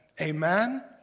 Amen